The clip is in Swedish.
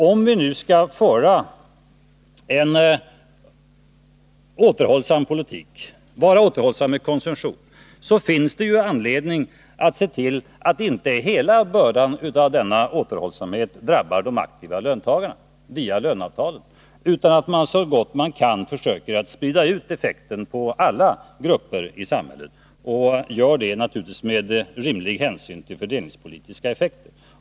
Om vi nu skall föra en återhållsam politik och hålla igen konsumtionen, så finns det anledning att se till att inte hela bördan av denna återhållsamhet drabbar de aktiva löntagarna via löneavtalen, utan att man så gott det går försöker sprida ut effekterna på alla grupper i samhället, samtidigt som man naturligtvis tar rimlig hänsyn till de fördelningspolitiska effekterna.